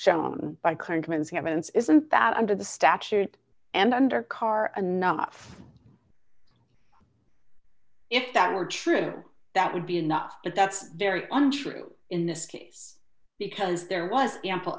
evidence isn't that under the statute and under carr anough if that were true that would be enough but that's very untrue in this case because there was ample